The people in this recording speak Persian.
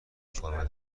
فرم